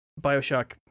Bioshock